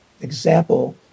example